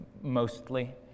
mostly